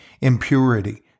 impurity